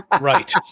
Right